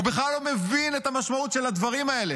הוא בכלל לא מבין את המשמעות של הדברים האלה.